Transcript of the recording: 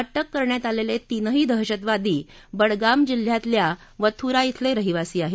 अटक करण्यात आलेले तीनही दहशतवादी बडगाम जिल्ह्यातल्या वथूरा िले रहिवासी आहेत